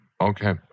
Okay